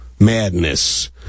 Madness